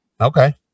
Okay